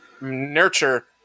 Nurture